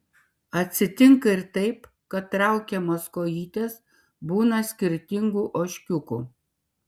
atsitinka ir taip kad traukiamos kojytės būna skirtingų ožkiukų